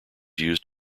used